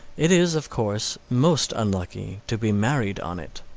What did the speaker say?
it is, of course, most unlucky to be married on it.